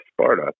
Sparta